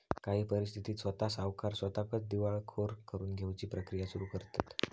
काही परिस्थितीत स्वता सावकार स्वताकच दिवाळखोर करून घेउची प्रक्रिया सुरू करतंत